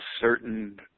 certain